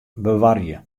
bewarje